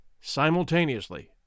simultaneously